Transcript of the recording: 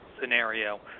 scenario